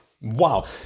wow